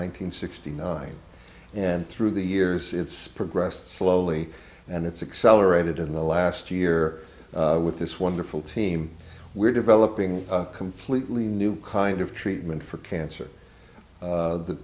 hundred sixty nine and through the years it's progressed slowly and it's accelerated in the last year with this wonderful team we're developing a completely new kind of treatment for cancer that the